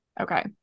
Okay